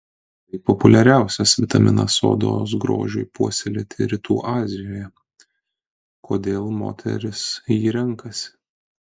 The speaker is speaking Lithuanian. tai populiariausias vitaminas odos grožiui puoselėti rytų azijoje kodėl moterys jį renkasi